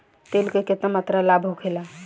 तेल के केतना मात्रा लाभ होखेला?